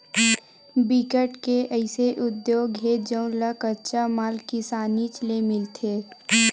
बिकट के अइसे उद्योग हे जउन ल कच्चा माल किसानीच ले मिलथे